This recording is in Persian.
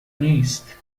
نیست